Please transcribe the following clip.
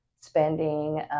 spending